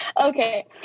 Okay